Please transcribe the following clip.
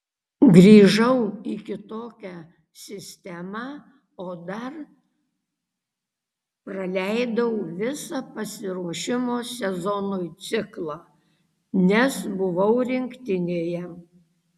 grįžau į kitokią sistemą o dar praleidau visą pasiruošimo sezonui ciklą nes buvau rinktinėje